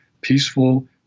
peaceful